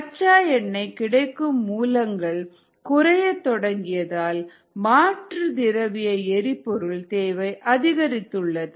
கச்சா எண்ணெய் கிடைக்கும் மூலங்கள் குறையத் தொடங்கியதால் மாற்று திரவிய எரிபொருள் தேவை அதிகரித்துள்ளது